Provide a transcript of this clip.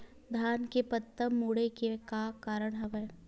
धान के पत्ता मुड़े के का कारण हवय?